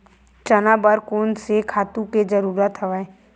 चना बर कोन से खातु के जरूरत हवय?